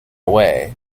away